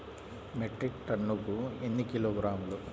Metric టన్నుకు ఎన్ని కిలోగ్రాములు?